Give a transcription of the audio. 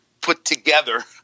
put-together